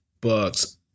Bucks